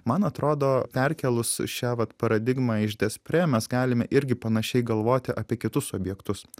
man atrodo perkėlus šią vat paradigmą iš despre mes galime irgi panašiai galvoti apie kitus objektus